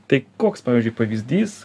tai koks pavyzdžiui pavyzdys